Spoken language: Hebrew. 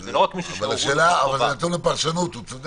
זה לא רק מישהו --- זה נתון לפרשנות, הוא צודק.